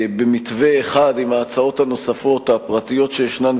במתווה אחד עם ההצעות הנוספות הפרטיות שישנן,